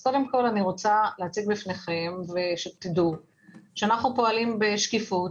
אז קודם כל אני רוצה להציג בפניכם ושתדעו שאנחנו פועלים בשקיפות,